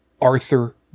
Arthur